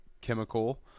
chemical